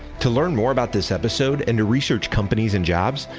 to learn more about this episode and to research companies and jobs,